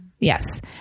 Yes